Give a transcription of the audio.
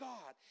God